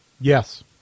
Yes